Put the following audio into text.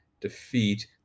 defeat